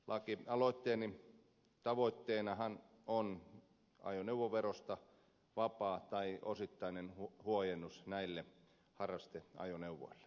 lakialoitteeni tavoitteenahan on ajoneuvoverosta vapaus tai osittainen huojennus näille harrasteajoneuvoille